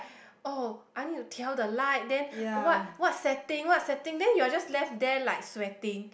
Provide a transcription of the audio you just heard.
oh I need to tell the light then what what setting what setting then you are just left there like sweating